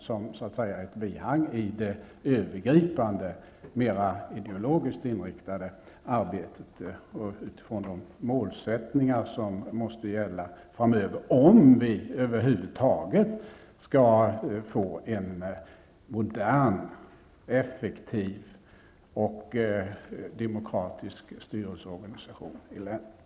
Det arbetet utgör ett bihang till det mer övergripande, ideologiskt inriktade arbete som bör bedrivas utifrån de målsättningar som måste gälla framöver om vi över huvud taget skall få en modern, effektiv och demokratisk styrelseorganisation i länen.